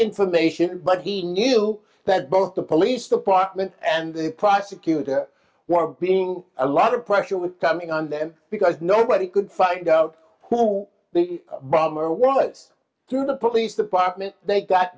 information but he knew that both the police department and the prosecutor were being a lot of pressure was coming on them because nobody could find out who the bomber was through the police department they got